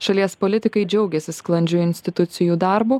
šalies politikai džiaugiasi sklandžiu institucijų darbu